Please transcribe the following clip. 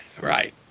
right